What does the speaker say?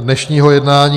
dnešního jednání.